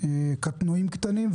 או קטנועים קטנים,